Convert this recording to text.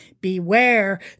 Beware